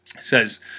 Says